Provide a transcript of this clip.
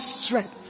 strength